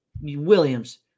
Williams